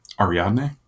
ariadne